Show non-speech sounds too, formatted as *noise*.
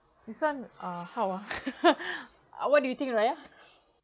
this one ah how ah *laughs* what do you think raya